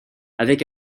avec